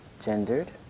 gendered